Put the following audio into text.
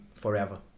forever